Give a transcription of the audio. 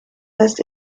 fest